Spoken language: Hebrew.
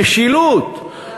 משילות.